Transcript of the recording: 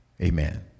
Amen